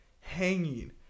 hanging